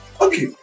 Okay